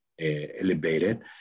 elevated